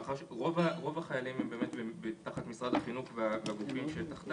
רוב החיילים הם תחת משרד החינוך לאגפיו השונים,